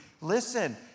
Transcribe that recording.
listen